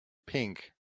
pink